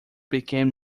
became